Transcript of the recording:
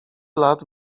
lat